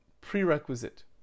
prerequisite